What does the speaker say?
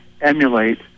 emulate